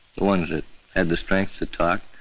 the ones that had the strength to talk.